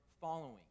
following